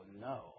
no